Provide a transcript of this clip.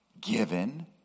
Given